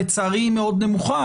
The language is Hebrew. לצערי היא מאוד נמוכה,